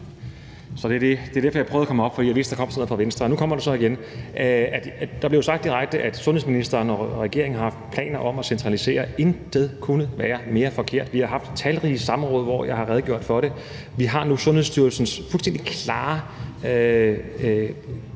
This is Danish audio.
Det er derfor, jeg kom herop, altså fordi jeg vidste, at der kom sådan noget fra Venstre, og nu kommer det så igen. Der blev sagt direkte, at sundhedsministeren og regeringen har haft planer om at centralisere. Intet kunne være mere forkert. Vi har haft talrige samråd, hvor jeg har redegjort for det. Vi har nu Sundhedsstyrelsens fuldstændig klare